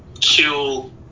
kill